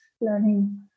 learning